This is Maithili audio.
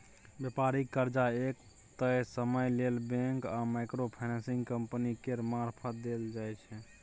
बेपारिक कर्जा एक तय समय लेल बैंक आ माइक्रो फाइनेंसिंग कंपनी केर मारफत देल जाइ छै